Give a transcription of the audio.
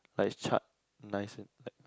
like it's charred nice